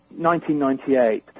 1998